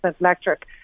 electric